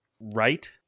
Right